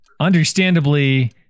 understandably